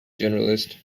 journalist